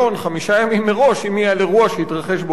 ימים מראש אם היא על אירוע שהתרחש באותו יום.